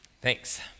Thanks